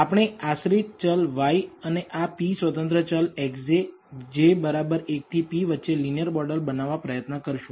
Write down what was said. આપણે આશ્રિત ચલ y અને આ p સ્વતંત્ર ચલ x j j 1 થી p વચ્ચે લીનીયર મોડલ બનાવવા પ્રયત્ન કરશું